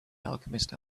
alchemist